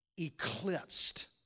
eclipsed